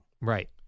Right